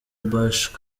bush